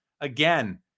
again